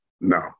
No